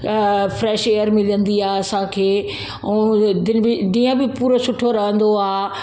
या fresh air मिलंदी आहे असांखे ऐं दिन बि ॾींहुं बि पूरो सुठो रहंदो आहे